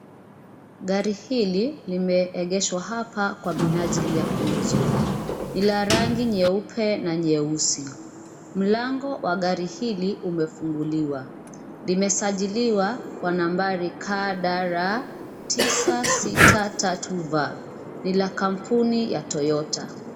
Gari hili limeegeshwa hapa kwa minajili ya kuuzwa. Ni la rangi nyeupe na nyeusi. Mlango wa gari hili umefunguliwa. Limesajiliwa kwa nambari KDR 963V,ni la kampuni ya Toyota.